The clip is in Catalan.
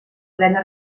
plena